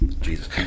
Jesus